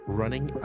running